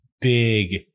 big